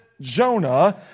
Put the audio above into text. Jonah